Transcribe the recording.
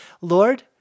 Lord